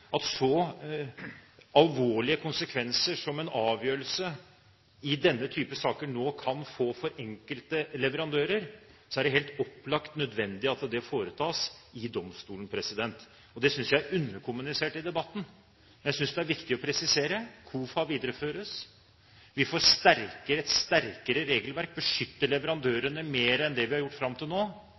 at dette gjøres av domstolen. Det er helt naturlig – med så alvorlige konsekvenser som en avgjørelse i denne type saker nå kan få for enkelte leverandører, er det helt opplagt nødvendig at dette foretas i domstolen. Det synes jeg er underkommunisert i debatten. Jeg synes det er viktig å presisere: KOFA videreføres. Vi får et sterkere regelverk, beskytter leverandørene mer enn det vi har gjort fram til nå,